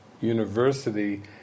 university